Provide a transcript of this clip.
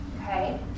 Okay